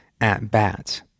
at-bats